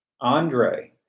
Andre